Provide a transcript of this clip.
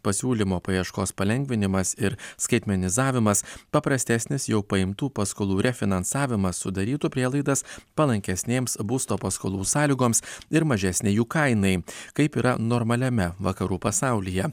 pasiūlymo paieškos palengvinimas ir skaitmenizavimas paprastesnis jau paimtų paskolų refinansavimas sudarytų prielaidas palankesnėms būsto paskolų sąlygoms ir mažesnę jų kainai kaip yra normaliame vakarų pasaulyje